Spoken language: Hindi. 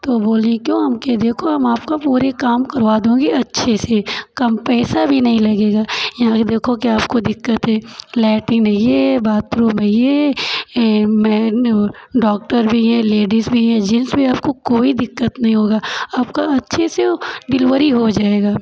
तो वो बोली क्यों हम कहे देखो हम आपका पूरे काम करवा दूँगी अच्छे से कम पैसा भी नहीं लगेगा यहाँ के देखो क्या आपको दिक्कत है लैट्रिन हइये है बाथरूम हइये है ये मेन डॉक्टर भी हैं लेडीज़ भी हैं जेंट्स भी आपको कोई दिक्कत नहीं होगा आपका अच्छे से डिलीवरी हो जाएगा